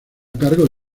cargo